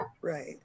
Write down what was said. Right